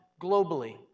globally